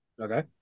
Okay